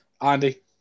Andy